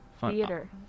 theater